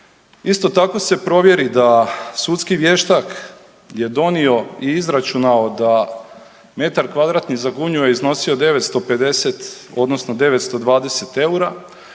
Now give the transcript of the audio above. Isto tako se provjeri da sudski vještak je donio i izračunao da metar kvadratni za Gunju je iznosio 950